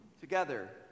together